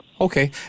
Okay